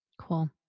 Cool